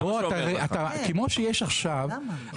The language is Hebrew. למה?